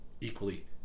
equally